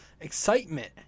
Excitement